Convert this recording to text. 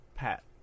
Pat